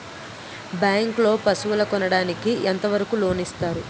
Bank లో పశువుల కొనడానికి ఎంత వరకు లోన్ లు ఇస్తారు?